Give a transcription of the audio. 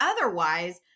otherwise